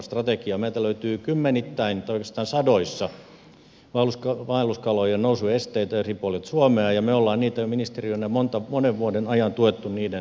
meiltä löytyy kymmenittäin tai oikeastaan sadoittain vaelluskalojen nousun esteitä eri puolilta suomea ja me olemme ministeriönä monen vuoden ajan tukeneet niiden purkamista